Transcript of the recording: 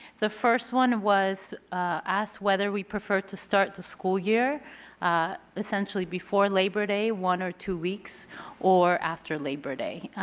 the first one was asked whether we prefer to start the school year essentially before labor day, one or two weeks or after labor day.